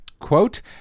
Quote